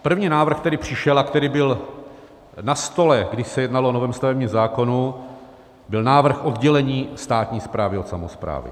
První návrh, který přišel a který byl na stole, kdy se jednalo o novém stavebním zákonu, byl návrh oddělení státní správy od samosprávy.